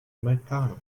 americano